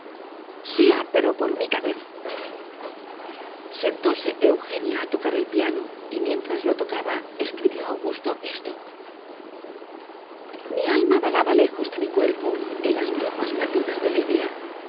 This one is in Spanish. sea pero por única vez sentóse eugenia a tocar el piano y mientras lo tocaba escribió augusto esto mi alma vagaba lejos de mi cuerpo en las brumas perdida de la idea